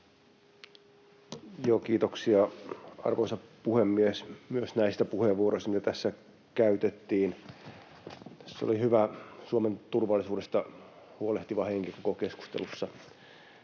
Kiitoksia, arvoisa puhemies! Kiitos myös näistä puheenvuoroista, mitä tässä käytettiin. Tässä oli hyvä Suomen turvallisuudesta huolehtiva henki koko keskustelussa